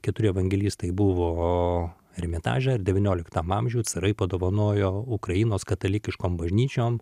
keturi evangelistai buvo ermitaže ir devynioliktam amžiuj carai padovanojo ukrainos katalikiškom bažnyčiom